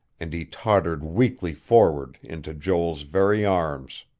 and he tottered weakly forward into joel's very arms.